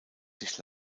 sich